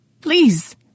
Please